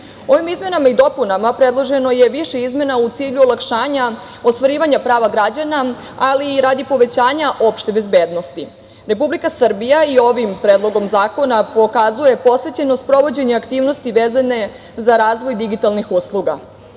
izmenama i dopunama predloženo je više izmena u cilju olakšanja ostvarivanja prava građana, ali i radi povećanja opšte bezbednosti. Republika Srbija i ovim predlogom zakona pokazuje posvećenost sprovođenju aktivnosti vezane za razvoj digitalnih usluga.